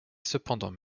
cependant